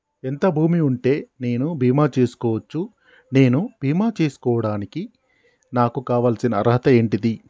ఎంత భూమి ఉంటే నేను బీమా చేసుకోవచ్చు? నేను బీమా చేసుకోవడానికి నాకు కావాల్సిన అర్హత ఏంటిది?